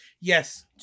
yes